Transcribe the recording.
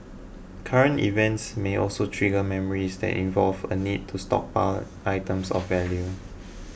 current events may also trigger memories that involve a need to stockpile items of value